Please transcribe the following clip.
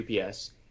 UPS